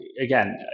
again